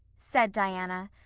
said diana,